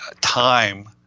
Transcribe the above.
time